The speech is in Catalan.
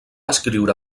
escriure